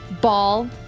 ball